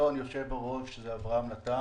יושב הראש זה אברהם נתן,